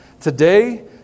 Today